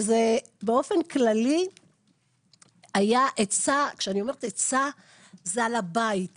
וזאת באופן כללי הייתה עצה כשאני אומרת עצה זה על הבית,